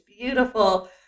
beautiful